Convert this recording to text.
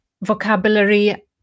vocabulary